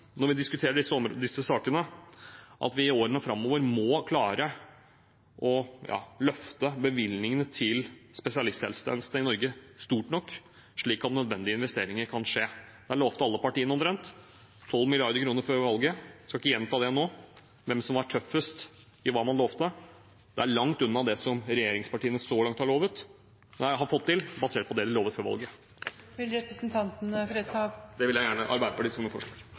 når vi diskuterer disse sakene, at vi i årene framover må klare å løfte bevilgningene til spesialisthelsetjenesten i Norge høyt nok, slik at nødvendige investeringer kan skje. Det lovet alle partiene før valget, omtrent 12 mrd. kr. Jeg skal ikke gjenta hvem som var tøffest i hva man lovet. Det er langt unna det regjeringspartiene så langt har fått til, basert på hva man lovet før valget. Jeg tar opp Arbeiderpartiets forslag i saken. Representanten